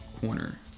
corner